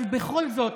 אבל בכל זאת,